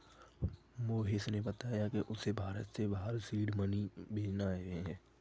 मोहिश ने बताया कि उसे भारत से बाहर सीड मनी भेजने हैं